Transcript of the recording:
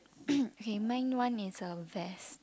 okay mine one is a vest